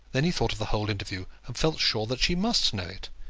then he thought of the whole interview, and felt sure that she must know it.